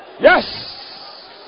Yes